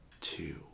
two